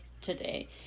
today